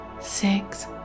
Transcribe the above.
Six